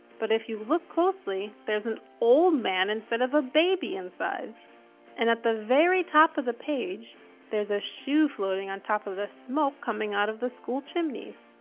but if you look closely there's an old man instead of a baby inside and at the very top of the page there's a shoe floating on top of the smoke coming out of the school chimneys.